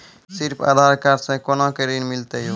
सिर्फ आधार कार्ड से कोना के ऋण मिलते यो?